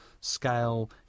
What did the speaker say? scale